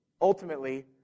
ultimately